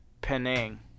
Penang